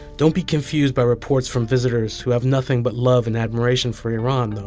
don't be confused by reports from visitors who have nothing but love and admiration for iran, though.